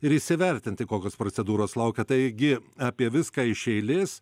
ir įsivertinti kokios procedūros laukia taigi apie viską iš eilės